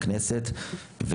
הכנסת,